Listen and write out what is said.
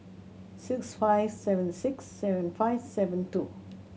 six five seven six seven five seven two